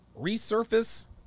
resurface